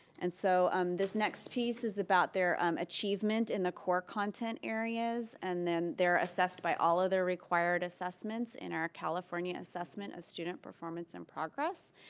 and so um this next piece is about their achievement in the core content areas and then they're assessed by all of the required assessments in our california assessment of student performance and progress.